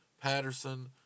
Patterson